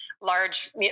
large